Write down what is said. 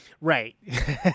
Right